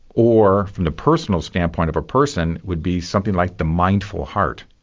or from the personal standpoint of a person would be something like the mindful heart.